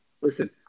Listen